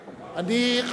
המסתייגים,